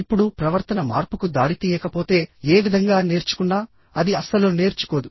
ఇప్పుడు ప్రవర్తన మార్పుకు దారితీయకపోతే ఏ విధంగా నేర్చుకున్నా అది అస్సలు నేర్చుకోదు